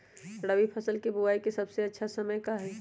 रबी फसल के बुआई के सबसे अच्छा समय का हई?